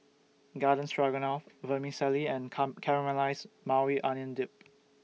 Garden Stroganoff Vermicelli and Come Caramelized Maui Onion Dip